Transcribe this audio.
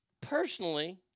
Personally